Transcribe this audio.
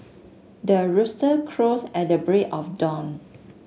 the rooster crows at the break of dawn